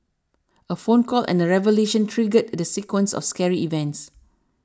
a phone call and a revelation triggered the sequence of scary events